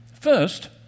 First